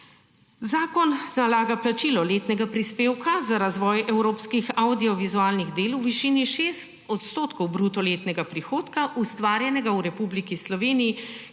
Zakon nalaga plačilo letnega prispevka za razvoj evropskih avdiovizualnih del v višini 6 % bruto letnega prihodka, ustvarjenega v Republiki Sloveniji,